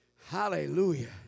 Hallelujah